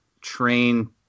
train